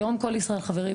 היום "כל ישראל חברים"